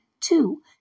Two